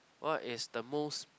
what is the most